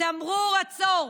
תמרור עצור.